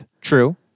True